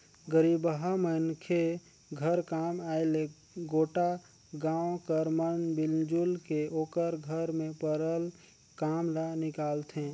गरीबहा मनखे घर काम आय ले गोटा गाँव कर मन मिलजुल के ओकर घर में परल काम ल निकालथें